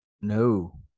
No